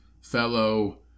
Fellow